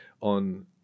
on